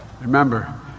remember